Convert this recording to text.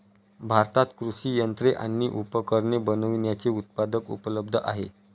भारतात कृषि यंत्रे आणि उपकरणे बनविण्याचे उत्पादक उपलब्ध आहे